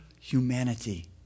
humanity